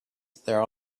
there